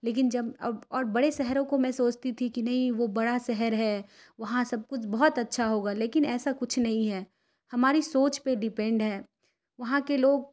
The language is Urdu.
لیکن جب اب اور بڑے شہروں کو میں سوچتی تھی کہ نہیں وہ بڑا شہر ہے وہاں سب کچھ بہت اچھا ہوگا لیکن ایسا کچھ نہیں ہے ہماری سوچ پہ ڈیپینڈ ہے وہاں کے لوگ